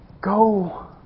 Go